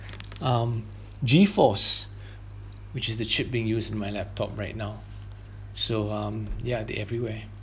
um G force which is the chip being used in my laptop right now so um yeah they everywhere